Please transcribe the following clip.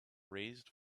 raised